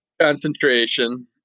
concentration